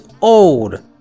old